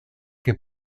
que